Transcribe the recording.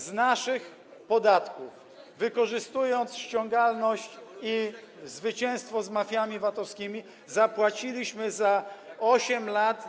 z naszych podatków, wykorzystując ściągalność i zwycięstwo nad mafiami VAT-owskimi, zapłaciliśmy za 8 lat.